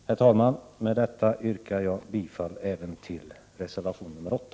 Herr talman! Med det anförda yrkar jag bifall även till reservation 8.